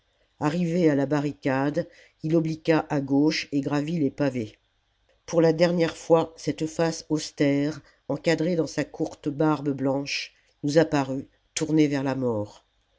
arrivé à la barricade il obliqua à gauche et gravit les pavés pour la dernière fois cette face austère encadrée dans sa courte barbe blanche nous apparut tournée vers la mort